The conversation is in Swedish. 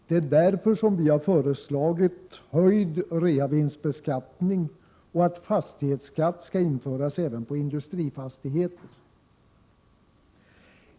Det är därför vi föreslagit höjd reavinstbeskattning, och det är därför vi föreslagit att fastighetsskatt skall införas även på industrifastigheter.